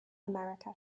america